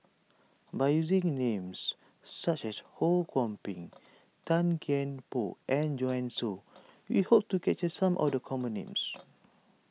by using names such as Ho Kwon Ping Tan Kian Por and Joanne Soo we hope to capture some of the common names